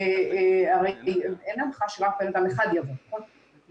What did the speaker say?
הרי אין הנחה שרק אדם אחד יבוא, נכון?